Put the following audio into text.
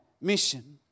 mission